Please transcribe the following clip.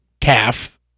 calf